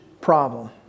problem